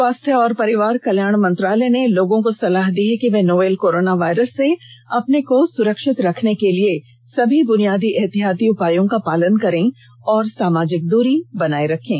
स्वास्थ्य और परिवार कल्याण मंत्रालय ने लोगों को सलाह दी है कि वे नोवल कोरोना वायरस से अपने को सुरक्षित रखने के लिए सभी बुनियादी एहतियाती उपायों का पालन करें और सामाजिक दूरी बनाए रखें